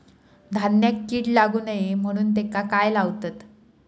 धान्यांका कीड लागू नये म्हणून त्याका काय लावतत?